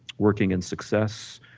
working in success,